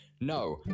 No